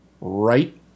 right